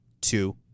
two